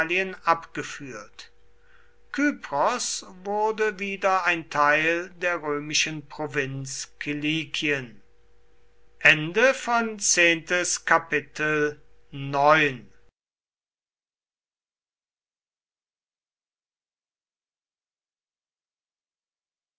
abgeführt kypros wurde wieder ein teil der römischen provinz kilikien